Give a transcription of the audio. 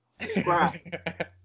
subscribe